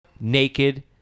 naked